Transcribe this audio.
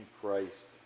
Christ